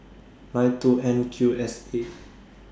nine two N Q S eight